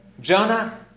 Jonah